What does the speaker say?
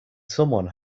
someone